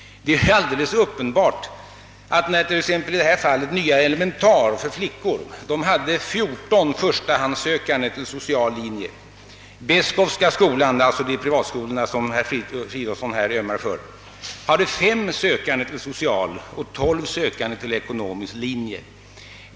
Nya elementarskolan för flickor hade 14 förstahandssökande till social linje och Beskowska skolan — det är alltså de privatskolor som herr Fridolfsson här ömmar för — hade 5 sökande till social linje och 12 sökande till ekonomisk linje.